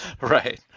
Right